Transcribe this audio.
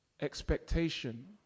expectation